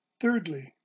Thirdly